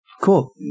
Cool